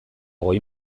goi